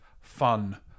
fun